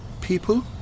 people